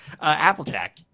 Applejack